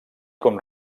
com